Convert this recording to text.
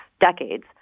decades